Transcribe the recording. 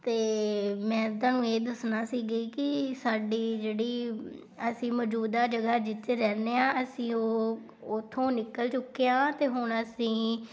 ਅਤੇ ਮੈਂ ਤੁਹਾਨੂੰ ਇਹ ਦੱਸਣਾ ਸੀਗਾ ਕਿ ਸਾਡੀ ਜਿਹੜੀ ਅਸੀਂ ਮੌਜੂਦਾ ਜਗ੍ਹਾ ਜਿੱਥੇ ਰਹਿੰਦੇ ਹਾਂ ਅਸੀਂ ਉਹ ਉੱਥੋਂ ਨਿਕਲ ਚੁੱਕੇ ਹਾਂ ਅਤੇ ਹੁਣ ਅਸੀਂ